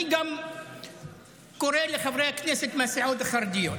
אני קורא גם לחברי הכנסת מהסיעות החרדיות,